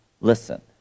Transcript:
listen